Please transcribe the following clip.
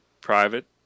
private